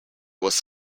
was